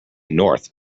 north